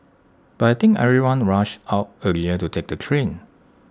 but I think everyone rush out earlier to take the train